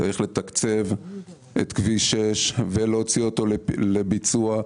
צריך לתקצב את כביש 6 ולהוציא אותו לביצוע,